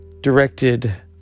Directed